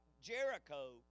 Jericho